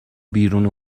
بیرون